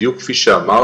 בדיוק כפי שאמרת,